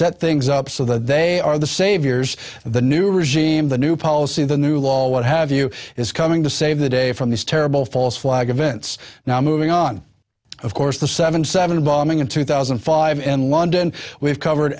set things up so that they are the saviors of the new regime the new policy the new law what have you is coming to save the day from these terrible false flag events now moving on of course the seven seven bombing in two thousand and five and london we've covered